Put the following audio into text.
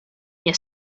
nie